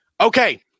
okay